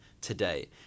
today